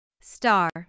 Star